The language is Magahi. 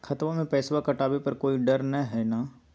खतबा से पैसबा कटाबे पर कोइ डर नय हय ना?